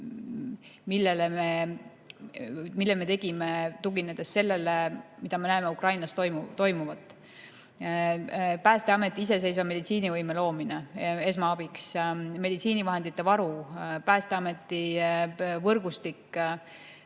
mille me tegime, tuginedes sellele, mida me näeme Ukrainas toimuvat. Päästeameti iseseisva meditsiinivõime loomine esmaabiks, meditsiinivahendite varu, Päästeameti võrgustik,